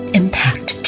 impact